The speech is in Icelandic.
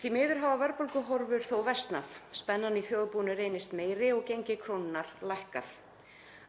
Því miður hafa verðbólguhorfur þó versnað. Spennan í þjóðarbúinu reynist meiri og gengi krónunnar hefur lækkað.